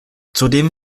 zudem